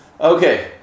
Okay